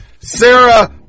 Sarah